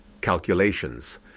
Calculations